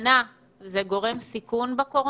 השמנה היא גורם סיכון בקורונה?